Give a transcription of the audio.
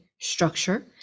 structure